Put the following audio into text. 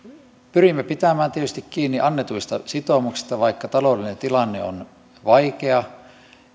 pyrimme pitämään tietysti kiinni annetuista sitoumuksista vaikka taloudellinen tilanne on vaikea